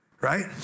Right